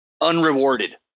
unrewarded